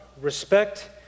respect